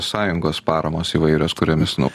sąjungos paramos įvairios kuriomis nu